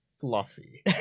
fluffy